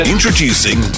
Introducing